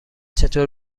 چطور